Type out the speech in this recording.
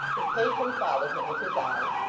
his patron followed him with his eyes,